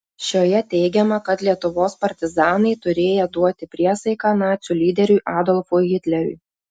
šioje teigiama kad lietuvos partizanai turėję duoti priesaiką nacių lyderiui adolfui hitleriui